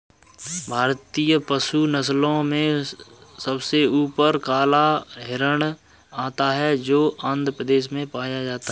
भारतीय पशु नस्लों में सबसे ऊपर काला हिरण आता है जो आंध्र प्रदेश में पाया जाता है